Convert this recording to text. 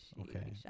Okay